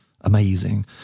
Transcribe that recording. amazing